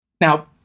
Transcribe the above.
Now